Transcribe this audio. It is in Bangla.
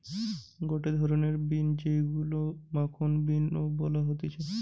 গটে ধরণের বিন যেইগুলো মাখন বিন ও বলা হতিছে